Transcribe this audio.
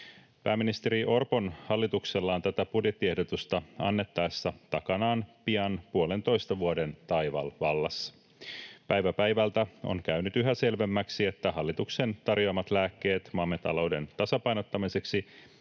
Pääministeri Orpon hallituksella on tätä budjettiehdotusta annettaessa takanaan pian puolentoista vuoden taival vallassa. Päivä päivältä on käynyt yhä selvemmäksi, että hallituksen tarjoamat lääkkeet maamme talouden tasapainottamiseksi